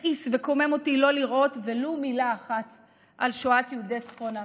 הכעיס וקומם אותי לא לראות ולו מילה אחת על שואת יהודי צפון אפריקה.